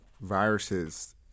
viruses